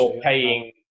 paying